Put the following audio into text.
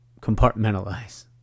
compartmentalize